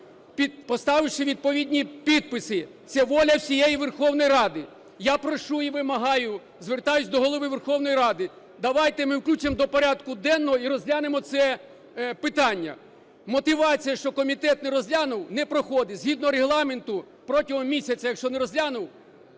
поставивши відповідні підписи. Це воля всієї Верховної Ради. Я прошу і вимагаю, звертаюся до Голови Верховної Ради: давайте ми включимо до порядку денного і розглянемо це питання. Мотивація, що комітет не розглянув, не проходить. Згідно Регламенту, протягом місяця якщо не розглянув